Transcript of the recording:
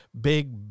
big